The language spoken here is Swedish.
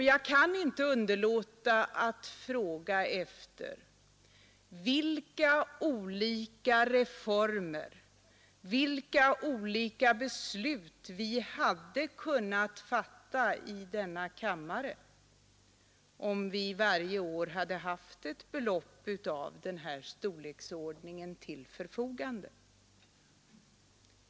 Jag kan inte underlåta att fråga efter vilka olika reformer, vilka olika beslut vi hade kunnat fatta i denna kammare om vi varje år hade haft ett belopp av den här storleksordningen till förfogande.